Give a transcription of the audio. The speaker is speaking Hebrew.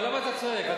אבל למה אתה צועק?